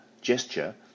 gesture